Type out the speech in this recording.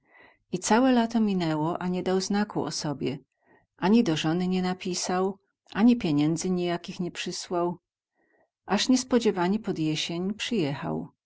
i całe lato minęło a nie dał znaku o sobie ani do żony nie napisał ani pieniędzy nijakich nie przysłał aż niespodziewanie pod jesień przyjechał